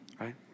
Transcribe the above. Right